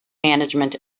management